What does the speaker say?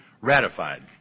ratified